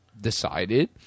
decided